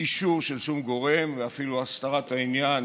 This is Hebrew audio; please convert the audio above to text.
אישור של שום גורם, ואפילו הסתרת העניין